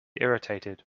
irritated